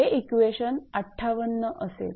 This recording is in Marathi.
हे इक्वेशन 58 असेल